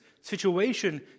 situation